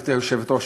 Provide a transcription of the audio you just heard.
גברתי היושבת-ראש,